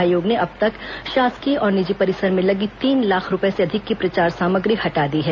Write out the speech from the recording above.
आयोग ने अब तक शासकीय और निजी परिसर में लगी तीन लाख रूपये से अधिक की प्रचार सामग्री हटा दी है